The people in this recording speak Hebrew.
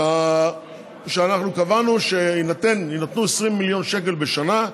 הוא שאנחנו קבענו שיינתנו 20 מיליון שקל בשנה,